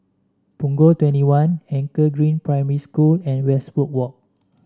Punggol Twenty One Anchor Green Primary School and Westwood Walk